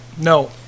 No